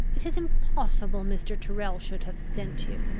it is impossible mr. tyrrel should have sent you.